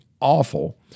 awful